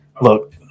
Look